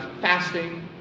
fasting